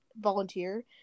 volunteer